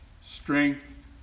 strength